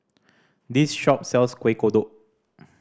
this shop sells Kueh Kodok